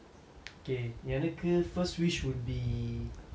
okay எனக்கு:enakku first wish would be